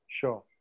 Sure